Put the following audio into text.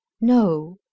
no